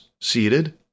seated